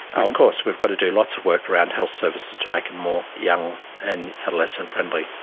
ah of course we've got to do lots of work around health services to make it more young and adolescent friendly.